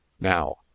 Now